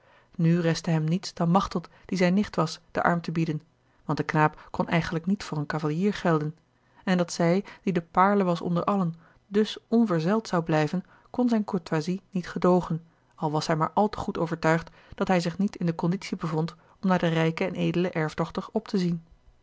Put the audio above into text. nu restte hem niets dan machteld die zijne nicht was den arm te bieden want de knaap kon eigenlijk niet voor een cavalier gelden en dat zij die de paarle was onder allen dus onverzeild zou blijven kon zijne courtoise niet gedoogen al was hij maar al te goed overtuigd dat hij zich niet in de conditie bevond om naar de rijke en edele erfdochter op te zien